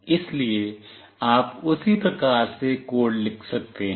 इसलिए आप उसी प्रकार से कोड लिख सकते हैं